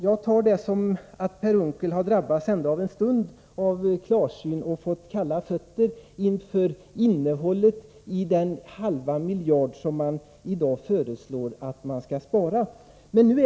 Jag tolkar det så, att Per Unckel ändå för en stund har drabbats av klarsyn och fått kalla fötter inför innehållet i den halva miljard som man i dag föreslår skall sparas in.